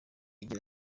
igira